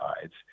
sides